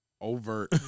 Overt